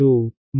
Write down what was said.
2